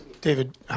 David